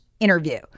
interview